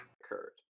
occurred